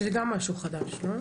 שזה גם משהו חדש, לא?